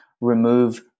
remove